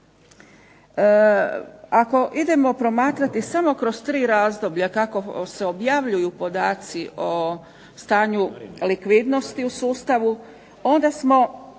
Ako idemo promatrati samo kroz 3 razdoblja kako se objavljuju podaci o stanju likvidnosti u sustavu onda smo